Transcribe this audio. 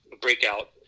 breakout